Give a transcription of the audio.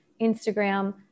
Instagram